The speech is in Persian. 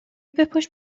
بپوش